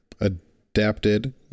adapted